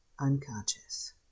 unconscious